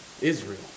Israel